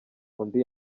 undi